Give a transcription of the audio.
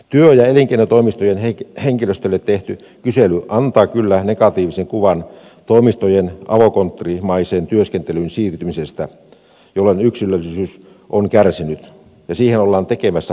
työ ja elinkeinotoimistojen henkilöstölle tehty kysely antaa kyllä negatiivisen kuvan toimistojen avokonttorimaiseen työskentelyyn siirtymisestä jolloin yksilöllisyys on kärsinyt ja siihen ollaan tekemässä parannusta